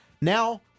Now